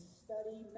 study